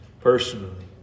personally